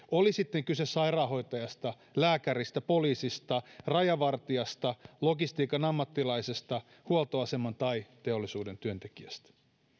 oli sitten kyse sairaanhoitajasta lääkäristä poliisista rajavartijasta logistiikan ammattilaisesta huoltoaseman tai teollisuuden työntekijästä